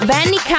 Benny